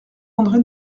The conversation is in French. andré